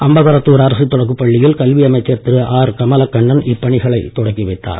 அம்பகரத்தூர் அரசு தொடக்கப்பள்ளியில் கல்வி அமைச்சர் திரு ஆர் கமலக்கண்ணன் இப்பணிகளைத் தொடக்கி வைத்தார்